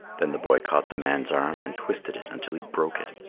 then the boy caught the man's arm and twisted it until he broke it,